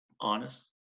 honest